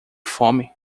fome